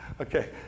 okay